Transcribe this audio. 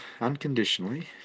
unconditionally